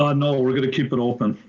ah no, we're gonna keep it open.